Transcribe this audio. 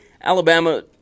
Alabama